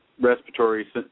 respiratory